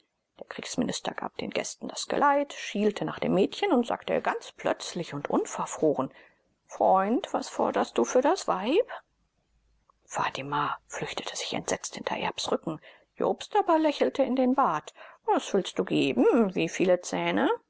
der kriegsminister gab den gästen das geleit schielte nach dem mädchen und sagte ganz plötzlich und unverfroren freund was forderst du für das weib fatima flüchtete sich entsetzt hinter erbs rücken jobst aber lächelte in den bart was willst du geben wie viele zähne